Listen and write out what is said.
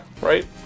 right